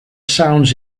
sounds